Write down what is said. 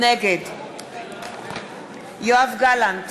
נגד יואב גלנט,